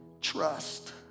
trust